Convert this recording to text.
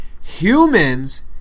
humans